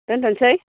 दोन्थसै